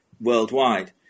worldwide